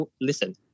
listen